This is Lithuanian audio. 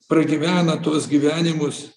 pragyvena tuos gyvenimus